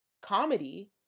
comedy